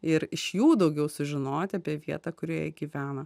ir iš jų daugiau sužinoti apie vietą kurioje gyvena